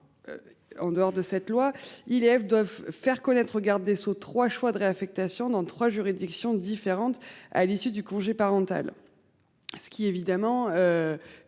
En dehors de cette loi il doivent faire connaître au garde des Sceaux trois choix de réaffectation dans 3 juridictions différentes. À l'issue du congé parental. Ce qui évidemment.